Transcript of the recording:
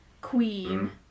Queen